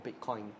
Bitcoin